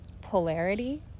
polarity